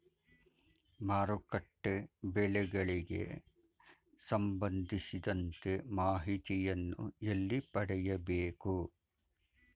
ಮಾರುಕಟ್ಟೆ ಬೆಲೆಗಳಿಗೆ ಸಂಬಂಧಿಸಿದಂತೆ ಮಾಹಿತಿಯನ್ನು ಎಲ್ಲಿ ಪಡೆಯಬೇಕು?